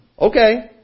Okay